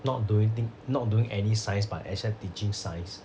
not doing thing not doing any science but except teaching science